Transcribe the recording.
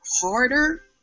harder